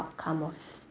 outcome of